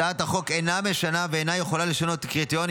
הצעת החוק אינה משנה ואינה יכולה לשנות את הקריטריונים